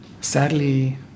sadly